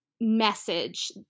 message